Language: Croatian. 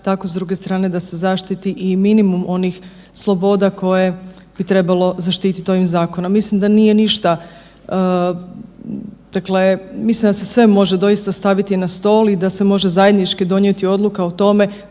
tako s druge strane da se zaštiti i minimum onih sloboda koje bi trebalo zaštitit ovim zakonom. Mislim da nije ništa, dakle mislim da se sve može doista staviti na stol i da se može zajednički donijeti odluka o tome